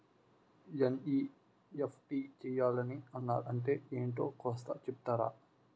NEFT చేయాలని అన్నారు అంటే ఏంటో కాస్త చెపుతారా?